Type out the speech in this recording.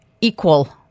equal